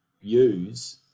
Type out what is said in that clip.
use